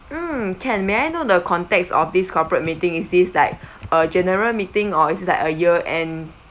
mm can may I know the context of these corporate meeting is this like a general meeting or is this like a year end